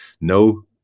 No